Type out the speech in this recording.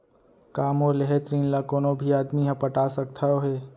का मोर लेहे ऋण ला कोनो भी आदमी ह पटा सकथव हे?